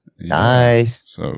Nice